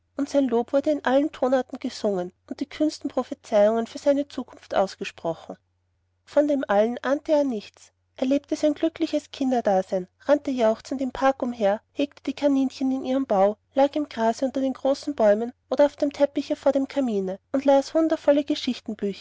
lob wurde in allen tonarten gesungen und die kühnsten prophezeiungen für seine zukunft ausgesprochen von dem allem ahnte er nichts er lebte sein glückliches kinderdasein rannte jauchzend im park umher hegte die kaninchen in ihrem bau lag im grase unter den großen bäumen oder auf dem teppiche vor dem kamine und las wundervolle